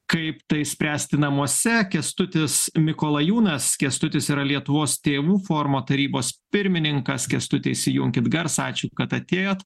kaip tai spręsti namuose kęstutis mikolajūnas kęstutis yra lietuvos tėvų forumo tarybos pirmininkas kęstuti įsijunkit garsą ačiū kad atėjot